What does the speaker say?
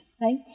Right